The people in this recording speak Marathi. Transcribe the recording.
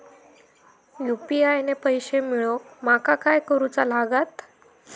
यू.पी.आय ने पैशे मिळवूक माका काय करूचा लागात?